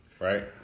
right